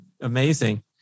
amazing